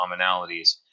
commonalities